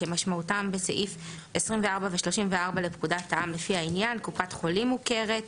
כמשמעותם בסעיף 24 ו-34 לפקודת העם לפי העניין; קופת חולים מוכרת,